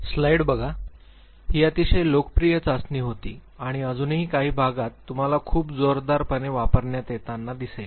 Minnesota Multiphasic Personality Inventory MMPI ही अतिशय लोकप्रिय चाचणी होती आणि अजूनही काही भागात तुम्हाला खूप जोरदारपणे वापरण्यात येताना दिसेल